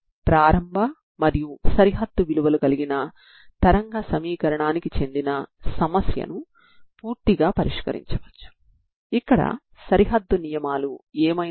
అందువల్ల మీరు non homogeneous తరంగ సమీకరణానికి కూడా అ పరిష్కారాన్ని కలిగి ఉంటారు సరేనా